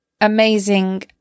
amazing